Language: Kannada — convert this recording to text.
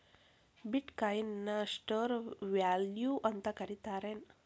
ಬಿಟ್ ಕಾಯಿನ್ ನ ಸ್ಟೋರ್ ವ್ಯಾಲ್ಯೂ ಅಂತ ಕರಿತಾರೆನ್